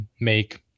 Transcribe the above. make